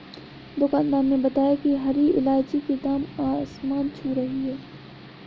दुकानदार ने बताया कि हरी इलायची की दाम आसमान छू रही है